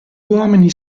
uomini